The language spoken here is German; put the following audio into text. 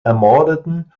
ermordeten